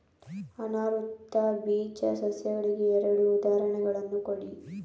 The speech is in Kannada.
ಅನಾವೃತ ಬೀಜ ಸಸ್ಯಗಳಿಗೆ ಎರಡು ಉದಾಹರಣೆಗಳನ್ನು ಕೊಡಿ